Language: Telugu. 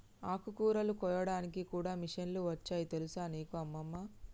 ఆకుకూరలు కోయడానికి కూడా మిషన్లు వచ్చాయి తెలుసా నీకు అమ్మమ్మ